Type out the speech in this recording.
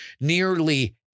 nearly